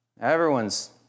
everyone's